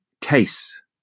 case